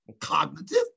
cognitive